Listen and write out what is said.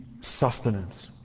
sustenance